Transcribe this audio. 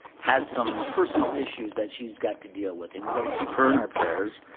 has some personal issues that she's got to deal with, and we gotta keep her in our prayers.